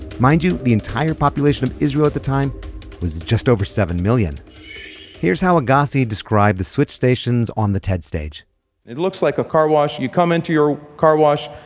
mind you, the entire population of israel at the time was just over seven million here's how agassi described the switch stations on the ted stage it looks like a car wash. you come into your car wash.